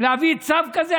להביא צו כזה?